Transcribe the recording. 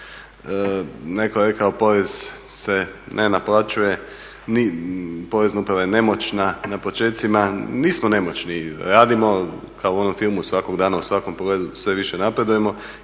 netko je rekao porez se ne naplaćuje, Porezna uprava je nemoćna na počecima, nismo nemoćni, radimo kao u onom filmu svakog dana u svakom pogledu sve više napredujemo